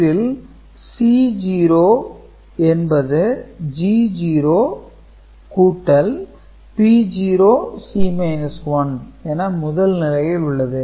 இதில் C0 என்பது G0 கூட்டல் P0 C 1 என முதல் நிலையில் உள்ளது